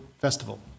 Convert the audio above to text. festival